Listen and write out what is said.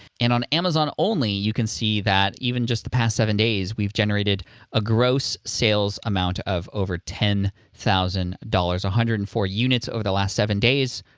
and on amazon only, you can see that even just the past seven days, we've generated a gross sales amount of over ten thousand dollars, one hundred and four units over the last seven days.